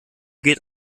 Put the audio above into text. geht